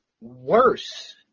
worse